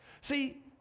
See